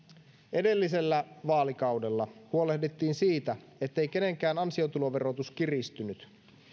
edellisellä vaalikaudella huolehdittiin siitä ettei kenenkään ansiotuloverotus kiristynyt